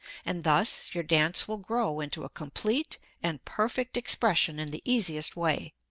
and thus your dance will grow into a complete and perfect expression in the easiest way.